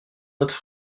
autre